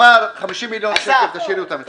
תמר, 50 מיליון שקל, תשאירי אותם אצלכם.